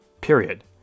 period